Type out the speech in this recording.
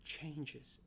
changes